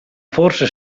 forse